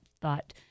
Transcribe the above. thought